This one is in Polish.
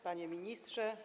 Panie Ministrze!